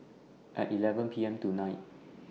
At eleven P M tonight